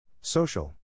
Social